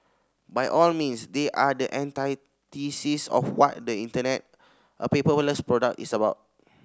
by all means they are the antithesis of what the Internet a paperless product is about